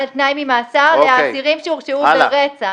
-- לאסירים שהורשעו ברצח